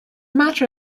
matter